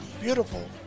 beautiful